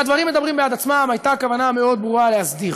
והדברים מדברים בעד עצמם: הייתה כוונה מאוד ברורה להסדיר.